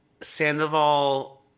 Sandoval